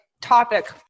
topic